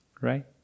Right